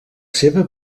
seva